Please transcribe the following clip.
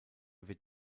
wird